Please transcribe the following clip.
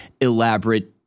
elaborate